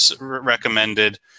recommended